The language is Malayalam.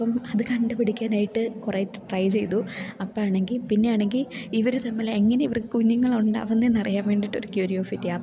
അപ്പം അത് കണ്ടു പിടിക്കാനായിട്ട് കുറേ ട്രൈ ചെയ്തു അപ്പാണെങ്കിൽ പിന്നെയാണെങ്കിൽ ഇവർ തമ്മിൽ എങ്ങനെ ഇവർക്ക് കുഞ്ഞുങ്ങളുണ്ടാകുന്നതെന്നറിയാൻ വേണ്ടിയിട്ടൊരു ക്യൂരിയോസിറ്റി അപ്പം